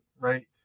right